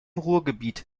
ruhrgebiet